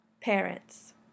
Parents